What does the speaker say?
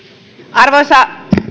arvoisa